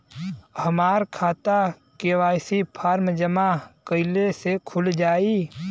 हमार खाता KYC form जमा कइले से खुल जाई?